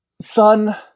Son